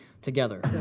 together